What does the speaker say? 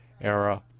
era